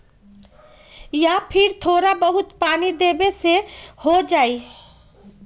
या फिर थोड़ा बहुत पानी देबे से हो जाइ?